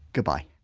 goodbye